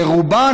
ורובן,